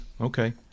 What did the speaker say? okay